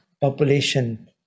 population